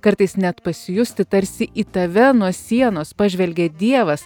kartais net pasijusti tarsi į tave nuo sienos pažvelgia dievas